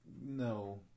no